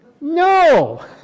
No